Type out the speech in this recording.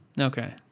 Okay